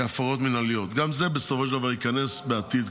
גם זה בסופו של דבר ייכנס בעתיד,